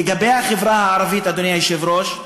לגבי החברה הערבית, אדוני היושב-ראש,